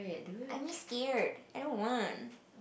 I'm scared I don't want